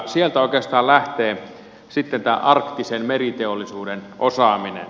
sieltä oikeastaan lähtee sitten tämä arktisen meriteollisuuden osaaminen